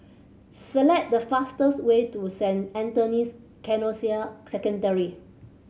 select the fastest way to Saint Anthony's Canossian Secondary